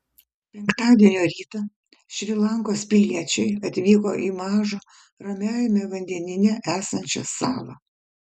penktadienio rytą šri lankos piliečiai atvyko į mažą ramiajame vandenyne esančią salą